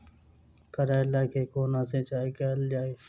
करैला केँ कोना सिचाई कैल जाइ?